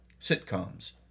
sitcoms